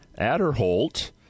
Adderholt